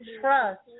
trust